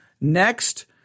next